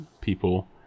people